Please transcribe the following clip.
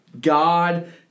God